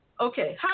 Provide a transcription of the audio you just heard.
Okay